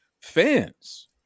fans